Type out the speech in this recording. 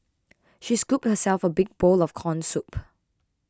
she scooped herself a big bowl of Corn Soup